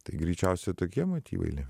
tai greičiausia tokie motyvai